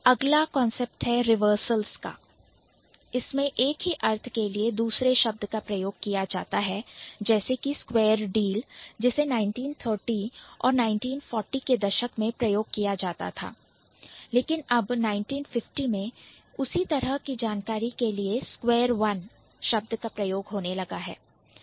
अगला कांसेप्ट है Reversals reversal का जिसमें एक ही अर्थ के लिए दूसरे शब्द का प्रयोग किया जाता है जैसे कि Square deal स्क्वायर डील जिसे 1930 और 1940 के दशक में प्रयोग किया जाता था लेकिन अब 1950 में उसी तरह की जानकारी के लिए Square One स्क्वेयर वन शब्द का प्रयोग होने लगा था